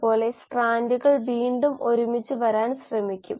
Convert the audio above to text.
അതിനാൽ ഇവിടെ r 3 എന്നത് r I r o r c എന്നിവ പൂജ്യമാകും